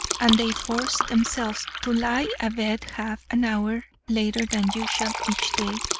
and they forced themselves to lie abed half an hour later than usual each day.